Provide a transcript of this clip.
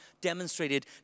demonstrated